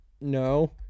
no